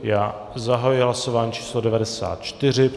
Já zahajuji hlasování číslo 94.